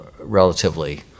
relatively